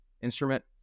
instrument